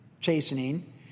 chastening